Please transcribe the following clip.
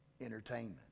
entertainment